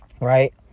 right